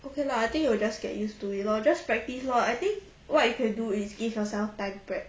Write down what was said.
okay lah I think you will just get used to it lor just practice lor I think what you can do is give yourself time to prep